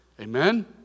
Amen